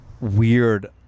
weird